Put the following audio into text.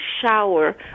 shower